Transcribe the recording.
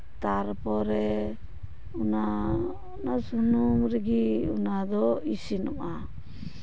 ᱛᱟᱨᱯᱚᱨᱮ ᱚᱱᱟ ᱥᱩᱱᱩᱢ ᱨᱮᱜᱮ ᱚᱱᱟ ᱫᱚ ᱤᱥᱤᱱᱚᱜᱼᱟ